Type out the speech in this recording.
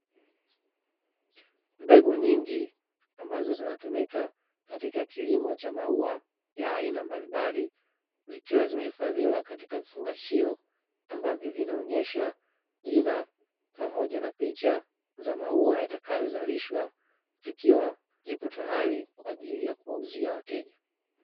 Mbegu nyingi ambazo zinatumika katika kilimo cha maua ya aina mbalimbali, zikiwa zimehifadhiwa katika vifungashio ambavyo vinaonyesha jina pamoja na picha za maua yatakayozalishwa. Zikiwa zipo tayari kwa ajili ya kuuzia wateja.